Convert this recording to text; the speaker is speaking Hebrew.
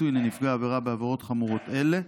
פיצוי לנפגע עבירה בעבירות חמורות אלו,